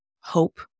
hope